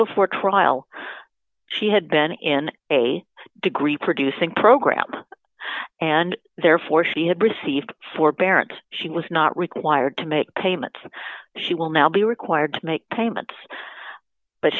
before trial she had been in a degree producing program and therefore she had received forbearance she was not required to make payments she will now be required to make payments but